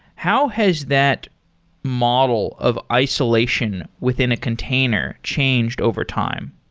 how has that model of isolation within a container changed overtime?